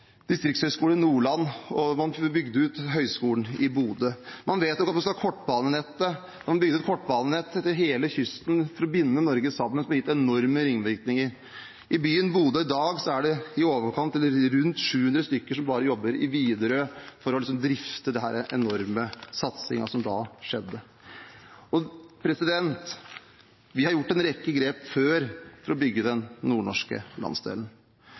i Nordland, og man skulle bygge høyskolen i Bodø. Man vedtok å bygge ut kortbanenett langs hele kysten for å binde Norge sammen. Det har gitt enorme ringvirkninger. I byen Bodø i dag er det rundt 700 stykker som bare jobber i Widerøe for å drifte den enorme satsingen som da skjedde. Vi har tatt en rekke grep før for å bygge den nordnorske landsdelen.